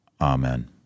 Amen